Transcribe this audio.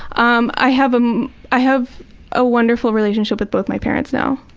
um i have ah i have a wonderful relationship with both my parents now.